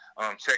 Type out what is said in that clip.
check